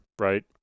right